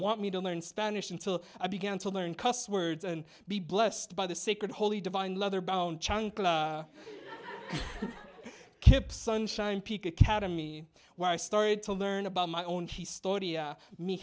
want me to learn spanish until i began to learn cuss words and be blessed by the sacred holy divine leather bone chunk of kip sunshine peak academy where i started to learn about my own